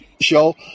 show